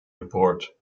report